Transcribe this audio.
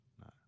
No